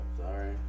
sorry